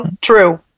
True